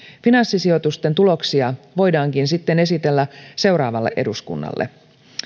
finanssisijoitusten tuloksia voidaankin sitten esitellä seuraavalle eduskunnalle